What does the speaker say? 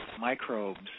microbes